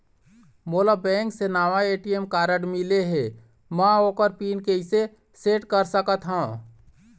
मोला बैंक से नावा ए.टी.एम कारड मिले हे, म ओकर पिन कैसे सेट कर सकत हव?